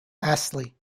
astley